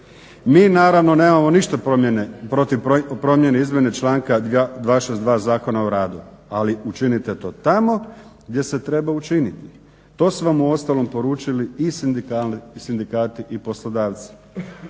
Mi naravno nemamo ništa protiv promjene izmjene članka 262. Zakona o radu, ali učinite to tamo gdje se treba učiniti. To su vam uostalom poručili i sindikati i poslodavci.